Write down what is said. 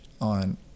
on